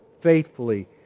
faithfully